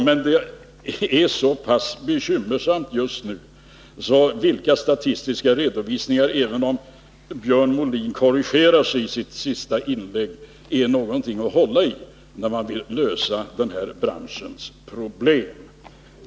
Men vilka statistiska redovisningar man än gör, och även om Björn Molin korrigerar sitt senaste inlägg, är läget så pass bekymmersamt just nu att statistik inte är någonting att hålla i när man vill lösa denna branschs problem.